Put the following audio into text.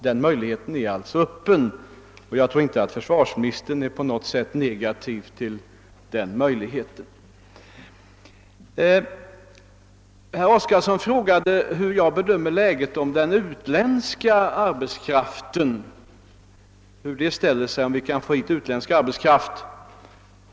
Den möjligheten är alltså öppen, och jag tror inte att försvarsministern är på något sätt negativt inställd. Herr Oskarson frågade hur jag bedömer möjligheten att få hit utländsk arbetskraft.